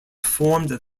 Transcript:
formed